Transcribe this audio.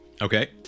okay